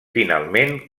finalment